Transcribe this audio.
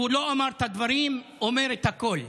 שהוא לא אמר את הדברים, אומרת הכול.